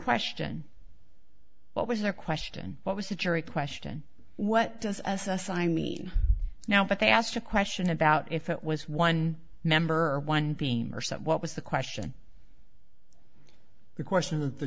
question what was their question what was the jury question what does a sign mean now but they asked a question about if it was one member or one being or so what was the question the question th